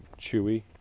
chewy